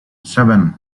seven